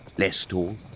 less tall,